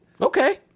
Okay